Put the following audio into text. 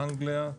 אנגליה,